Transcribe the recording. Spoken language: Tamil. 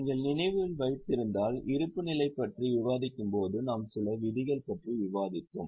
நீங்கள் நினைவில் வைத்திருந்தால் இருப்புநிலை பற்றி விவாதிக்கும்போது நாம் சில விதிகள் பற்றி விவாதித்தோம்